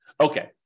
Okay